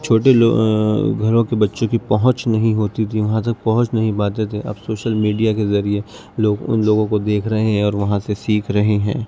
چھوٹے گھروں کے بچوں کی پہنچ نہیں ہوتی تھی وہاں تک پہنچ نہیں پاتے تھے اب سوشل میڈیا کے ذریعے لوگ ان لوگوں کو دیکھ رہے ہیں اور وہاں سے سیکھ رہے ہیں